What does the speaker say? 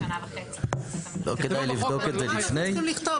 מה אנחנו צריכים לכתוב?